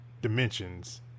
dimensions